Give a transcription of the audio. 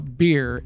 beer